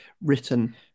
written